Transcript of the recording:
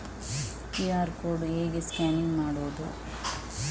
QR code ಹೇಗೆ scan ಮಾಡುವುದು?